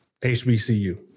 HBCU